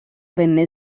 venne